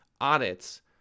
audits